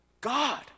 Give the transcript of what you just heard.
God